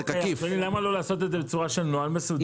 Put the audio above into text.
למה לא לעשות את זה בצורת נוהל מסודר?